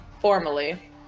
formally